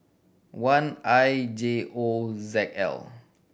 one I J O Z L